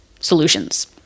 solutions